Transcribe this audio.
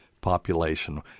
population